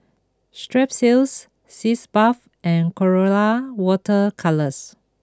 Strepsils Sitz bath and Colora water colours